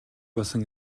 болсон